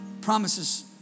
Promises